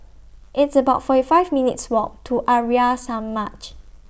It's about forty five minutes' Walk to Arya Samaj